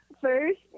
First